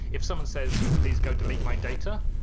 if someone says please go delete my data,